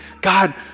God